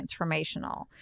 transformational